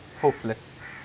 hopeless